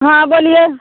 हाँ बोलिए